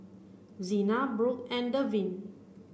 Zina Brooke and Devyn